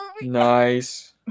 Nice